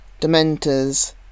dementors